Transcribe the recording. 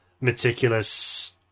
meticulous